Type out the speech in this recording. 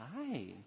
Hi